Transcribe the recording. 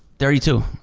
thirty two,